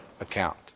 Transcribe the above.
account